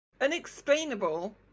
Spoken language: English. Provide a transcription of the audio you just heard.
unexplainable